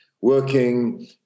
working